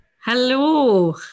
Hello